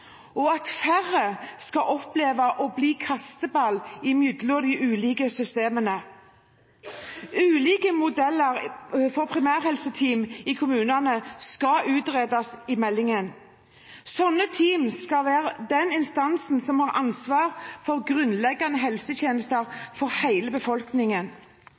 og at færre skal oppleve å bli kasteballer mellom de ulike systemene. Ulike modeller for primærhelseteam i kommunene skal utredes i meldingen. Sånne team skal være den instansen som har ansvar for grunnleggende helsetjenester for hele befolkningen.